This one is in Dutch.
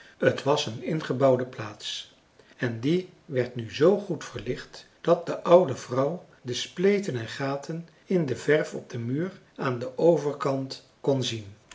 t was een ingebouwde plaats en die werd nu z goed verlicht dat de oude vrouw de spleten en gaten in de verf op den muur aan den overkant kon zien